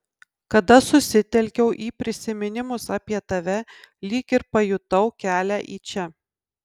kada susitelkiau į prisiminimus apie tave lyg ir pajutau kelią į čia